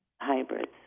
Hybrids